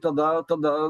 tada tada